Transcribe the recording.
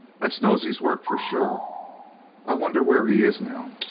that's nosey's work for sure' i wonder where he is now.